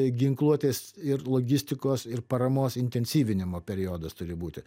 ginkluotės ir logistikos ir paramos intensyvinimo periodas turi būti